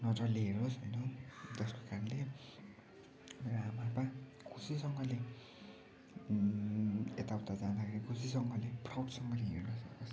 नजरले हेरोस होइन जसको कारणले मेरो आमा आप्पा खुसीसँगले यता उता जाँदाखेरि खुसीसँगले प्राउडसँगले हिँड्न सकोस्